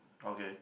okay